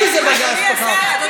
מי זה בג"ץ בכלל.